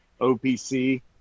opc